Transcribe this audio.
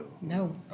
No